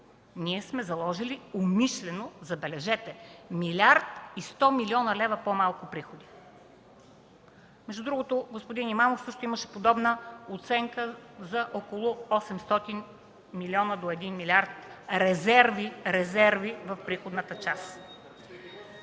ние сме заложили умишлено, забележете, 1 млрд. 100 млн. лв. по-малко приходи. Между другото господин Имамов също имаше подобна оценка за около 800 милиона – 1 млрд. лв. резерви в приходната част.